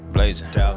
Blazing